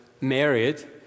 married